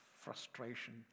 frustration